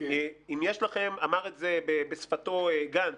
אם יש לכם אמר את זה בשפתו, גנץ